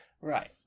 Right